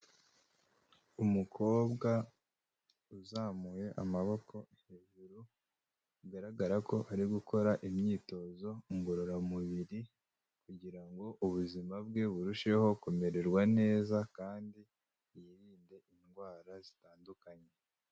Umukobwa uzamuye amaboko hejuru bigaragara ko ari gukora imyitozo ngororamubiri kugira ngo ubuzima bwe burusheho kumererwa neza, kandi yirinde indwara zitandukanye.